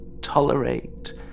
tolerate